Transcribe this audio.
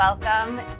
Welcome